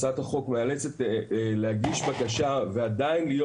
הצעת החוק מאלצת להגיש בקשה ועדיין להיות